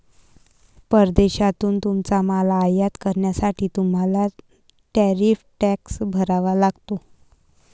परदेशातून तुमचा माल आयात करण्यासाठी तुम्हाला टॅरिफ टॅक्स भरावा लागतो